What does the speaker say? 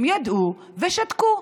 הם ידעו ושתקו.